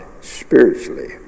spiritually